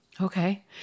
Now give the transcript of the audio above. Okay